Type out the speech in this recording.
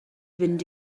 fynd